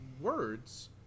words